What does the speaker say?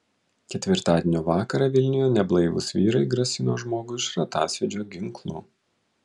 ketvirtadienio vakarą vilniuje neblaivūs vyrai grasino žmogui šratasvydžio ginklu